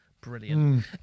brilliant